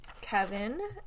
Kevin